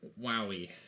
Wowie